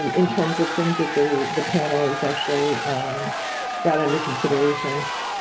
in terms of things that the the panel is actually got under consideration.